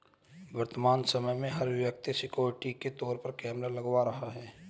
वर्तमान समय में, हर व्यक्ति सिक्योरिटी के तौर पर कैमरा लगवा रहा है